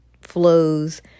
flows